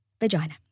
vagina